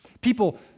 People